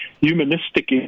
humanistic